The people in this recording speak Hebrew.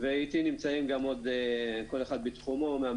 איתי נמצאים מהמשרד, כל אחד בתחומו.